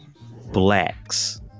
blacks